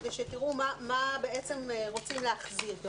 כדי שתראו מה בעצם רוצים להחזיר.